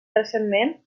recentment